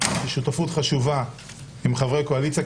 חשובה עם חברי קואליציה.